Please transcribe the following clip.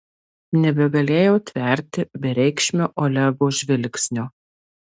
nebegalėjau tverti bereikšmio olego žvilgsnio